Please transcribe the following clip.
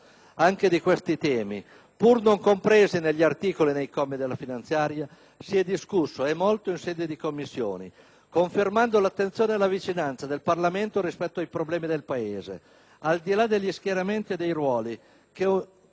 Anche di questi temi, pur non compresi negli articoli e nei commi della finanziaria, si è discusso - e molto - in sede di Commissione, confermando l'attenzione e la vicinanza del Parlamento rispetto ai problemi del Paese, al di là degli schieramenti e dei ruoli che ognuno